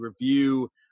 review